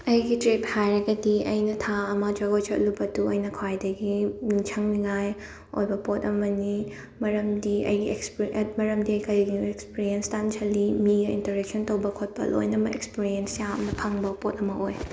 ꯑꯩꯒꯤ ꯇ꯭ꯔꯤꯞ ꯍꯥꯏꯔꯒꯗꯤ ꯑꯩꯅ ꯊꯥ ꯑꯃ ꯖꯒꯣꯏ ꯆꯠꯂꯨꯕꯗꯨ ꯑꯩꯅ ꯈ꯭ꯋꯥꯏꯗꯒꯤ ꯅꯤꯡꯁꯤꯡꯅꯤꯉꯥꯏ ꯑꯣꯏꯕ ꯄꯣꯠ ꯑꯃꯅꯤ ꯃꯔꯝꯗꯤ ꯑꯩꯒꯤ ꯑꯦꯛꯁꯄ ꯑꯦꯠ ꯃꯔꯝꯗꯤ ꯀꯩꯒꯤꯅꯣ ꯑꯦꯛꯁꯄ꯭ꯔꯤꯌꯦꯟꯁ ꯇꯥꯟꯁꯜꯂꯤ ꯃꯤ ꯏꯟꯇꯔꯦꯛꯁꯟ ꯇꯧꯕ ꯈꯣꯠꯄ ꯂꯣꯏꯅꯃꯛ ꯑꯦꯛꯁꯄꯔꯤꯑꯦꯟꯁ ꯌꯥꯝꯅ ꯐꯪꯕ ꯄꯣꯠ ꯑꯃ ꯑꯣꯏ